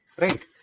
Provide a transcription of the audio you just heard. Right